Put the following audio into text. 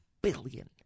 billion